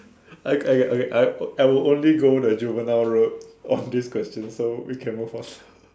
I okay okay I I will only go the juvenile road on this question so we can move on